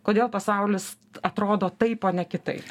kodėl pasaulis atrodo taip o ne kitaip